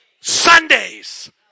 Sundays